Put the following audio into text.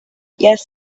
yes